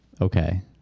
okay